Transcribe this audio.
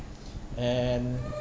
and